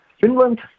Finland